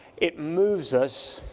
it moves us,